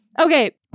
Okay